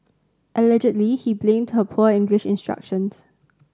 allegedly he blamed her poor English instructions